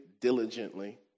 diligently